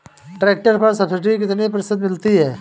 Tractor पर subsidy कितने प्रतिशत मिलती है?